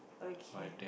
okay